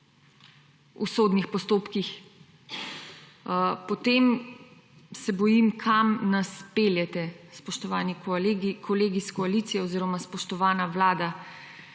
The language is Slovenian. v sodnih postopkih, potem se bojim kam nas peljete, spoštovani kolegi iz koalicije oziroma spoštovana vlada